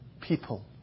people